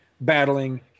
battling